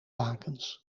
lakens